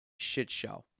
shitshow